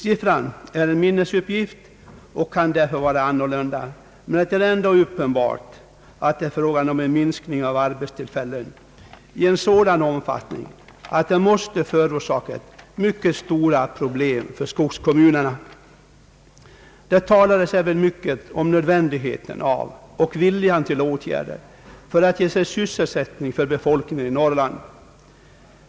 Siffran är en minnesuppgift och kan därför vara inkorrekt, men det är ändå uppenbart att det är fråga om en minskning av arbetstillfällen i sådan omfattning att det måste förorsaka mycket stora problem för skogskommunerna. Det talades även mycket om nödvändigheten av och viljan till åtgärder för att ge sysselsättning åt befolkningen i Norrland.